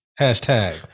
Hashtag